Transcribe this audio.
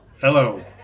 hello